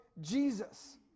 Jesus